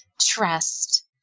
Trust